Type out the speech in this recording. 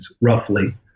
roughly